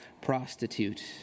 prostitute